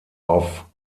auf